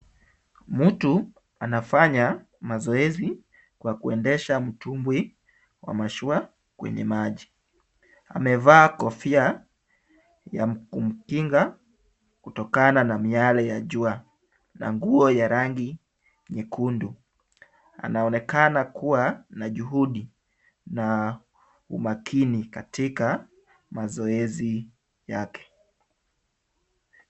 Mtu anafanya mazoezi kwa kuendesha mtumbwi wa mashua kwenye maji. Amevaa kofia ya kumkinga kutokana na miale ya jua na nguo ya rangi nyekundu. Anaonekana kuwa na juhudi na umakini katika mazoezi yake.